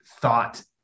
thought